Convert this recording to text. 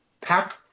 Pack